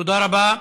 תודה רבה.